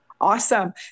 Awesome